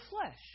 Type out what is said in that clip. flesh